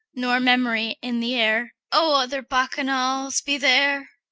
nor memory in the air. oh, other bacchanals be there,